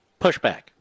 pushback